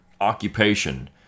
occupation